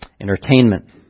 entertainment